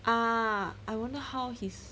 ah I wonder how his